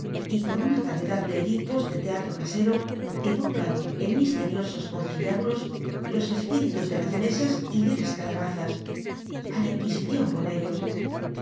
y con una g rayellad de teatro casero eyocan en mistcl'in o conciliáhuln los c píritus de la me al y de las c tlnbazas a la tnr ui icion con ellos